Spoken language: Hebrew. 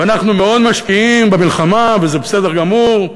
אנחנו מאוד משקיעים במלחמה, וזה בסדר גמור.